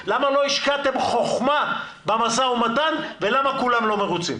למה לא השקעתם חוכמה במשא ומתן ולמה כולם לא מרוצים.